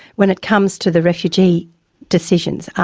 when it comes to the refugee decisions,